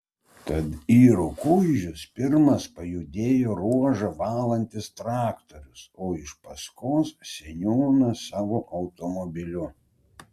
tad į rukuižius pirmas pajudėjo ruožą valantis traktorius o iš paskos seniūnas savo automobiliu